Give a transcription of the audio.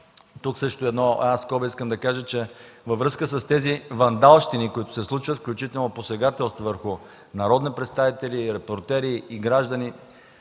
Тук в една скоба искам да кажа, че във връзка с тези вандалщини, които се случват, включително посегателства върху народни представители, репортери и граждани,